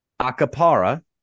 Acapara